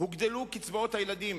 הוגדלו קצבאות הילדים